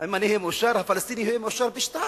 אם אני אהיה מאושר, הפלסטיני יהיה מאושר פי-שניים,